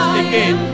again